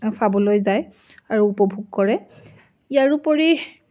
চাবলৈ যায় আৰু উপভোগ কৰে ইয়াৰোপৰি